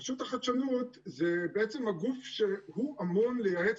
רשות החדשנות זה בעצם הגוף שאמון לייעץ